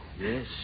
Yes